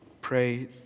pray